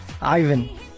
Ivan